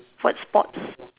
what sports